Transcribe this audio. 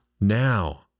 Now